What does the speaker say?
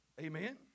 Amen